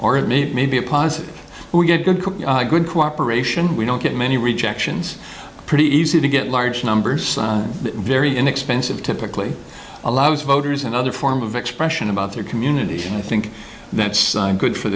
or maybe a positive we get a good cooperation we don't get many rejections pretty easy to get large numbers very inexpensive typically allows voters and other form of expression about their community and i think that's good for